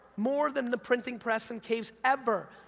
more than the printing press and caves, ever!